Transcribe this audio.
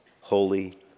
holy